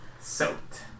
Soaked